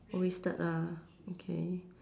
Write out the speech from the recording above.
wasted lah okay